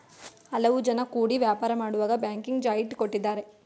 ಹಲವು ಜನ ಕೂಡಿ ವ್ಯಾಪಾರ ಮಾಡುವಾಗ ಬ್ಯಾಂಕಿನಲ್ಲಿ ಜಾಯಿಂಟ್ ಕೊಟ್ಟಿದ್ದಾರೆ